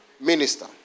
minister